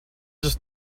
just